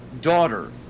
daughter